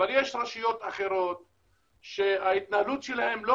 אבל יש רשויות אחרות שההתנהלות שלהן לא